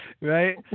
Right